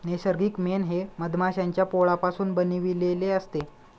नैसर्गिक मेण हे मधमाश्यांच्या पोळापासून बनविलेले असते